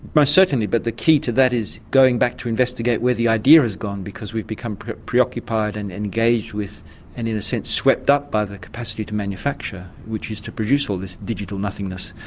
certainly, but the key to that is going back to investigate where the idea has gone because we've become preoccupied and engaged with and in a sense swept up by the capacity to manufacture, which is to produce all this digital nothingness.